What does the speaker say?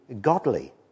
godly